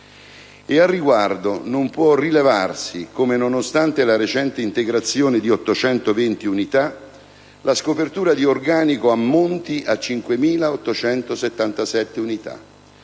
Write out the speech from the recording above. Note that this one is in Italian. E, al riguardo, non può non rilevarsi come, nonostante la recente integrazione di 820 unità, la scopertura di organico ammonti a 5.877 unità